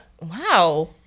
Wow